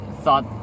thought